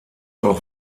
auch